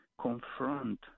confront